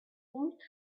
woot